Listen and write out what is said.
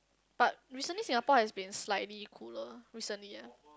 but recently Singapore has been slightly cooler recently ah